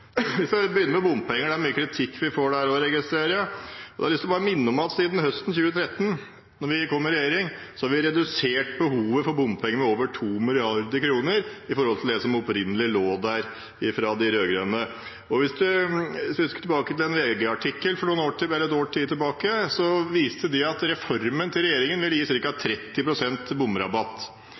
begynne med bompenger, for der får vi mye kritikk, registrerer jeg. Jeg har bare lyst til å minne om at siden høsten 2013, da vi kom i regjering, har vi redusert behovet for bompenger med over 2 mrd. kr i forhold til det som opprinnelig lå der fra de rød-grønne. Hvis man husker tilbake til en VG-artikkel for et års tid tilbake, viste den til at regjeringens reform ville gi